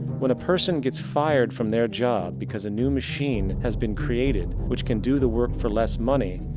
when a person get's fired from their job, because a new machine has been created, which can do the work for less money,